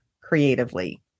creatively